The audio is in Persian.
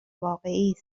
واقعی